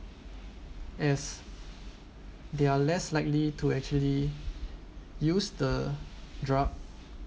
as they are less likely to actually use the drug